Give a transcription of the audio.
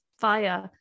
via